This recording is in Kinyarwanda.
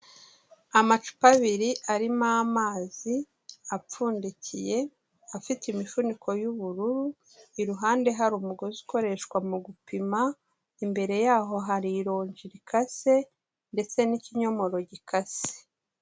Amacupa abiri arimo amazi apfundikiye, afite imifuniko y'ubururu, iruhande hari umugozi ukoreshwa mu gupima, imbere yaho hari irongi rikase ndetse n'ikinyomoro gikase.